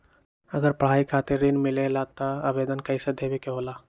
अगर पढ़ाई खातीर ऋण मिले ला त आवेदन कईसे देवे के होला?